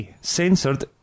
Censored